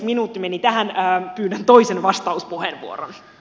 minuutti meni tähän pyydän toisen vastauspuheenvuoron